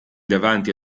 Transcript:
davanti